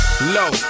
Low